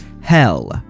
hell